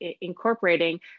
incorporating